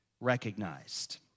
recognized